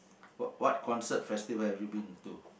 what what concert festival have you been to